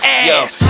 ass